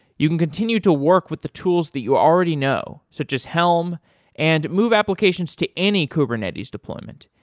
you can continue to work with the tools that you already know, such as helm and move applications to any kubernetes deployment.